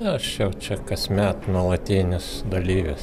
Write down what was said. aš jau čia kasmet nuolatinis dalyvis